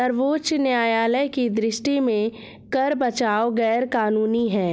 सर्वोच्च न्यायालय की दृष्टि में कर बचाव गैर कानूनी है